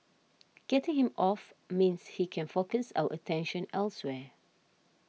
getting him off means he can focus our attention elsewhere